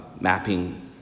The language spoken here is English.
mapping